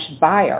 buyer